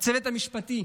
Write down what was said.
הצוות המשפטי,